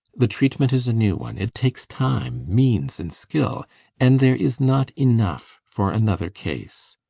the treatment is a new one. it takes time, means, and skill and there is not enough for another case.